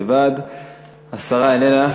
השרה איננה.